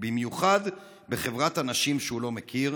ובמיוחד בחברת אנשים שהוא לא מכיר,